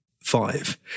five